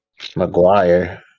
McGuire